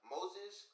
Moses